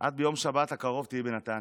ביום שבת הקרובה את תהיי בנתניה.